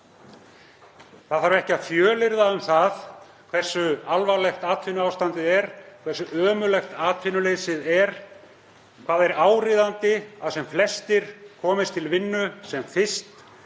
Ekki þarf að fjölyrða um það hversu alvarlegt atvinnuástandið er, hversu ömurlegt atvinnuleysið er, hvað það er áríðandi að sem flestir komist til vinnu sem fyrst.